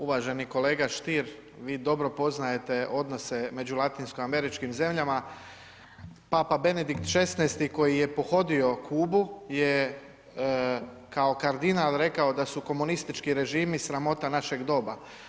Uvaženi kolega Stier, vi dobro poznajete odnose među Latinsko Američkim zemljama, papa Benedikt XVI koji je pohodio Kubu je kao kardinal rekao da su komunistički režimi sramota našeg doba.